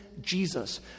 Jesus